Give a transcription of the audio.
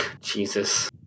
Jesus